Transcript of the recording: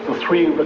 three but